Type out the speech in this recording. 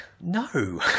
no